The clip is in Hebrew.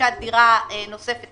ורכישת דירה נוספת